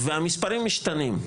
והמספרים משתנים.